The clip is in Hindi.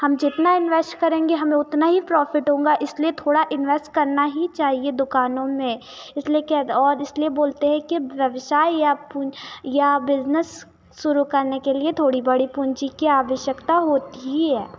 हम जितना इन्वेस्ट करेंगे हमे उतना ही प्रॉफ़िट होंगा इसलिए थोड़ा इन्वेस्ट करना ही चाहिए दुकानों में इसलिए कैद और इसलिए बोलते हैं की व्यवसाय या पुं या बिजनस शुरू करने के लिए थोड़ी बड़ी पूंजी की आवश्यकता होती ही है